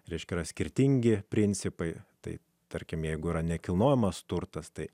reiškiami skirtingi principai tai tarkim jeigu yra nekilnojamas turtas tai